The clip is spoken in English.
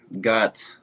got